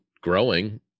growing